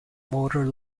motor